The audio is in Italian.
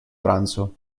pranzo